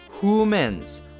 humans